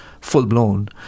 full-blown